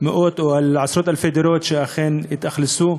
מאות או עשרות-אלפי דירות שאכן יתאכלסו,